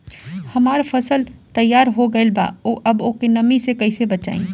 हमार फसल तैयार हो गएल बा अब ओके नमी से कइसे बचाई?